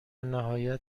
نهایت